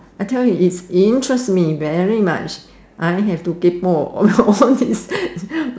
I tell you it interest me very much I have to kaypoh about all this